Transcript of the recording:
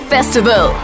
Festival